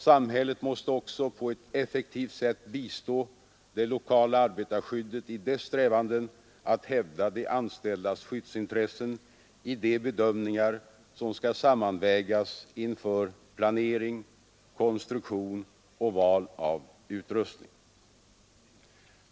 Samhället måste också på ett effektivt sätt bistå det lokala arbetarskyddet i dess strävanden att hävda de anställdas skyddsintressen i de bedömningar som skall sammanvägas inför planering, konstruktion och val av utrustning.